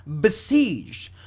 besieged